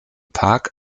park